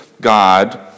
God